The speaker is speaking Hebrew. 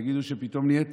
תגידו שפתאום נהייתי,